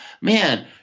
Man